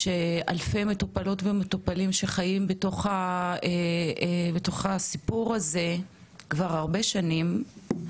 שאלפי מטופלות ומטופלים שחיים בתוך הסיפור הזה כבר הרבה שנים,